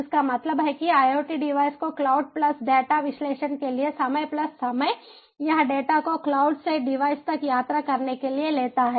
इसका मतलब है कि IoT डिवाइस को क्लाउड प्लस डेटा विश्लेषण के लिए समय प्लस समय यह डेटा को क्लाउड से डिवाइस तक यात्रा करने के लिए लेता है